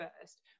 first